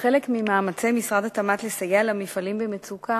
כחלק ממאמצי משרד התמ"ת לסייע למפעלים במצוקה